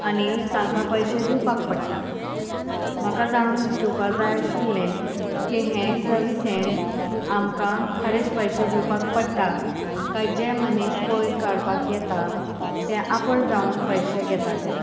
आनी तांकां पयशे दिवपाक पडटा म्हाका जाणून घेवपाक जाय आशिल्लें की हे सर्विसेंत आमकां खरेंच पयशे दिवपाक पडटा काय जे मनीस कोयर काडपाक येता ते आपण जावन पयशे घेता ते